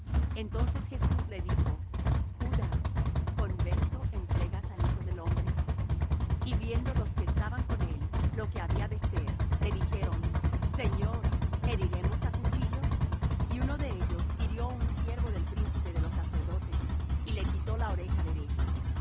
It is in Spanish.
entonces jesús le dijo judas con beso entregas al hijo del hombre y viendo los que estaban con él lo que había de ser le dijeron señor heriremos á cuchillo y uno de ellos hirió á un siervo del príncipe de los sacerdotes y le quitó la oreja derecha